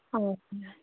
हवस्